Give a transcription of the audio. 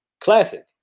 classic